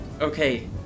Okay